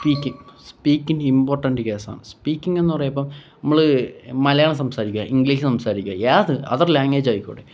speaking speaking important കേസാണ് സ്പീക്കിങ്ങെന്ന് പറയുമ്പോള് നമ്മള് മലയാളം സംസാരിക്കുക ഇംഗ്ലീഷ് സംസാരിക്കുക ഏത് അദർ ലാങ്ഗ്വേജായിക്കോട്ടെ